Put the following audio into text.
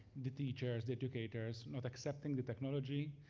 the teachers, educators not accepting the technology,